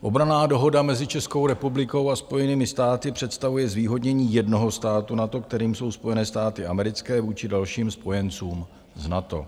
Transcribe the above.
Obranná dohoda mezi Českou republikou a Spojenými státy představuje zvýhodnění jednoho státu NATO, kterým jsou Spojené státy americké, vůči dalším spojencům z NATO.